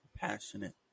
passionate